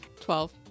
Twelve